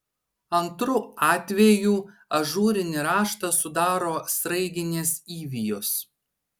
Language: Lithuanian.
antru atvejų ažūrinį raštą sudaro sraiginės įvijos